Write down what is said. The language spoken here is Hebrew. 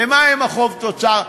ומה עם החוב תוצר,